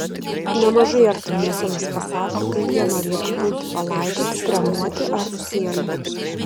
nemažai artimiesiems pasako kaip jie norėtų būti palaidoti kremuoti ar cieli